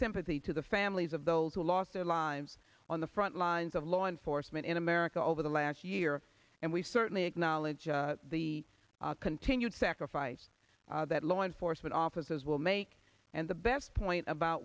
sympathy to the families of those who lost their lives on the front lines of law enforcement in america over the last year and we certainly acknowledge the continued sacrifice that law enforcement officers will make and the best point about